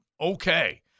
okay